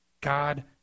God